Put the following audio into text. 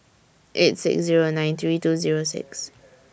eight six Zero nine three two Zero six